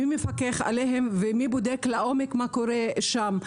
מי מפקח עליהם ומי בודק לעומק מה קורה שם.